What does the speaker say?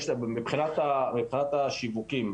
מבחינת השיווקיים,